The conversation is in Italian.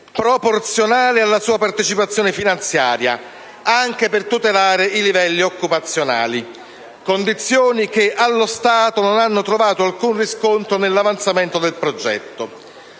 proporzionale alla sua partecipazione finanziaria, anche per tutelare i livelli occupazionali: condizioni che allo stato non hanno trovato alcun riscontro nell'avanzamento del progetto.